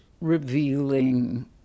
revealing